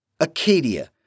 Acadia